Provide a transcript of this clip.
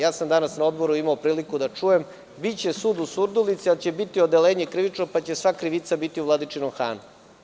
Danas na Odboru sam imao priliku da čujem – biće sud u Surdulici, ali će biti odeljenje krivično pa će sva krivica biti u Vladičinom Hanu.